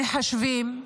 למחשבים,